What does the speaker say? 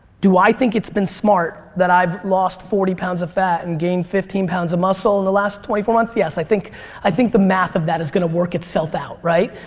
do i think it's been smart that i've lost forty pounds of fat and gained fifteen pounds of muscle in the last twenty four months? yes, i think i think the math of that is gonna work itself out, right?